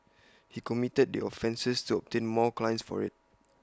he committed the offences to obtain more clients for IT